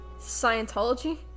Scientology